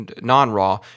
non-RAW